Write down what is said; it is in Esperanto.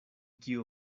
kiu